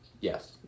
Yes